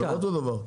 זה לא אותו דבר.